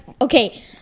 okay